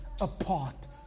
apart